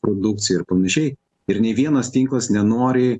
produkciją ir panašiai ir nei vienas tinklas nenori